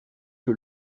que